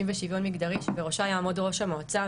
ושוויון מגדרי שבראשה יעמוד ראש המועצה,